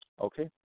okay